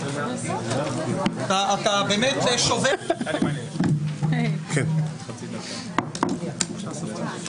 אתה באמת שובר שיאים, חבר הכנסת רוטמן.